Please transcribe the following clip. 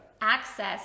access